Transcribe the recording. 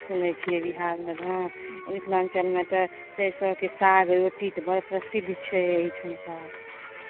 सुनै छियै बिहारमे हॅं मिथिलाञ्चलमे तऽ सरसोके साग रोटी बड़ प्रसिद्ध छै एहिठाम का